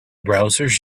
browsers